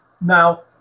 Now